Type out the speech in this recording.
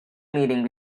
meeting